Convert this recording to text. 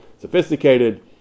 sophisticated